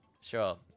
sure